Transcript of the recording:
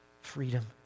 freedom